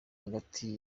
hagati